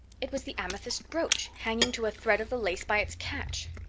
it was the amethyst brooch, hanging to a thread of the lace by its catch!